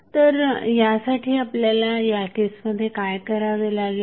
तर त्यासाठी आपल्याला या केसमध्ये काय करावे लागेल